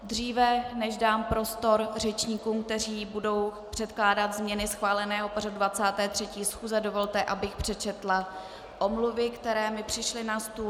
Dříve než dám prostor řečníkům, kteří budou předkládat změny schváleného pořadu 23. schůze, dovolte, abych přečetla omluvy, které mi přišly na stůl.